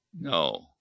No